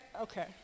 okay